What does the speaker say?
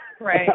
Right